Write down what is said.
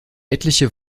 etliche